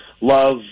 love